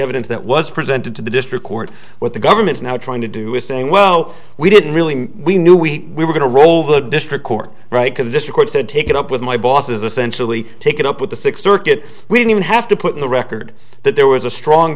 evidence that was presented to the district court what the government's now trying to do is saying well we didn't really we knew we were going to roll the district court right because this report said take it up with my bosses essentially take it up with the sixth circuit we don't even have to put in the record that there was a strong